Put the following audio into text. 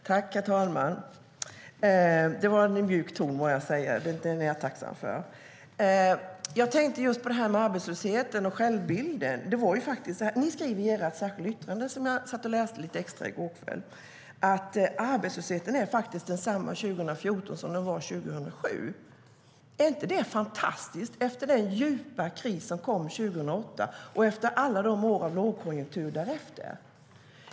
Herr talman! Det var en mjuk ton, må jag säga! Den är jag tacksam för. Jag tänkte på det här med arbetslösheten och självbilden. Ni skriver, Raimo Pärssinen, i ert särskilda yttrande, som jag satt och läste i lite extra i går kväll, att arbetslösheten faktiskt är densamma 2014 som den var 2007. Är inte det fantastiskt, efter den djupa kris som kom 2008 och efter alla år av lågkonjunktur därefter?